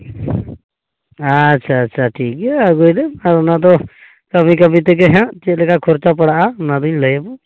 ᱟᱪᱪᱷᱟ ᱟᱪᱪᱷᱟ ᱴᱷᱤᱠ ᱜᱮᱭᱟ ᱟᱹᱜᱩᱭ ᱵᱮᱱ ᱟᱨ ᱚᱱᱟ ᱫᱚ ᱠᱟᱹᱢᱤ ᱠᱟᱹᱢᱤ ᱛᱮᱜᱮ ᱦᱟᱸᱜ ᱪᱮᱫ ᱞᱮᱠᱟ ᱠᱷᱚᱨᱪᱟ ᱯᱟᱲᱟᱜᱼᱟ ᱚᱱᱟ ᱫᱚᱧ ᱞᱟᱹᱭᱟᱢᱟ